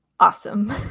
Awesome